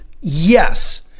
Yes